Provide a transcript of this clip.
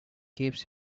keeps